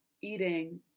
eating